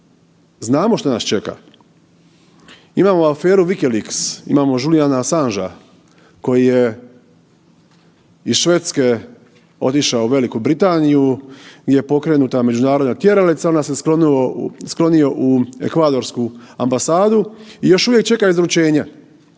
znamo što nas čeka. Imamo aferi Wikileaks, imamo Juliana Assangea koji je iz Švedske otišao u Veliku Britaniju gdje je pokrenuta međunarodna tjeralica i onda se sklonio u ekvadorsku ambasadu i još uvijek čeka izručenje